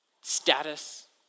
Status